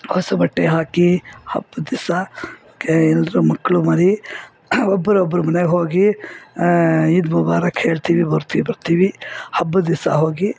ಹೊಸ ಬಟ್ಟೆ ಹಾಕಿ ಹಬ್ಬದ್ದಿಸ ಕೆ ಎಲ್ಲರು ಮಕ್ಕಳು ಮರಿ ಒಬ್ರೊಬ್ರ ಮನೆಗೆ ಹೋಗಿ ಈದ್ ಮುಬಾರಕ್ ಹೇಳ್ತೀವಿ ಬರ್ತೀವಿ ಬರ್ತೀವಿ ಹಬ್ಬದ್ದಿಸ ಹೋಗಿ